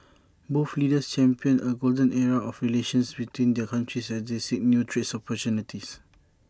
both leaders championed A golden era of relations between their countries as they seek new trade opportunities